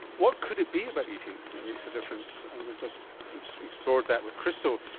what could it be about eating that makes a difference? and we've just explored that with crystal.